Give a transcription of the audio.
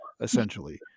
essentially